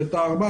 ב'4,